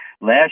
Last